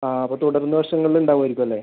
ആ അപ്പോൾ തുടരുന്ന വർഷങ്ങളിൽ ഉണ്ടാവുമായിരിക്കും അല്ലേ